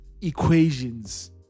equations